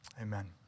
Amen